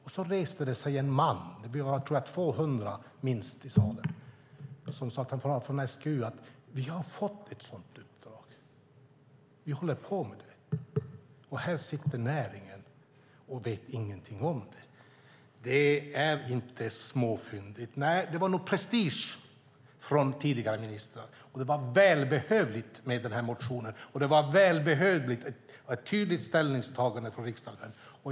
Vi var minst 200 i salen, och då reste sig en man som var från SGU och sade: Vi har fått ett sådant uppdrag, och vi håller på med det. Och här sitter näringen och vet ingenting om det. Det är inte småfyndigt. Nej, det var nog prestige från tidigare ministrar. Det var välbehövligt med den här motionen, och det var ett välbehövligt och tydligt ställningstagande från riksdagen sedan.